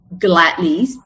gladly